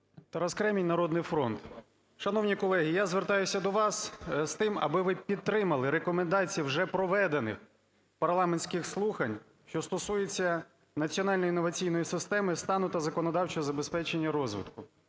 Тарас Кремінь, "Народний фронт". Шановні колеги, я звертаюся до вас з тим, аби ви підтримали рекомендації вже проведених парламентських слухань, що стосується "Національної інноваційної системи: стан та законодавче забезпечення розвитку".